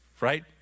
right